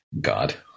God